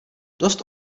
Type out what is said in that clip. dost